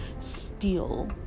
steal